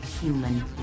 human